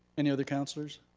any other councilors?